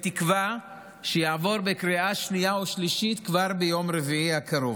בתקווה שיעבור בקריאה שנייה ושלישית כבר ביום רביעי הקרוב.